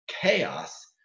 Chaos